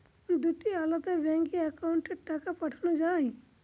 দুটি আলাদা ব্যাংকে অ্যাকাউন্টের টাকা পাঠানো য়ায়?